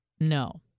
No